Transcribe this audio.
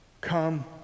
Come